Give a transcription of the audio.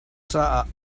caah